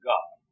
God